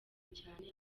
cyane